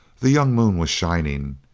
the young moon was shining,